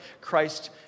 Christ